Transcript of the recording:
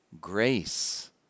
grace